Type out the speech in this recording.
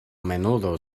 menudo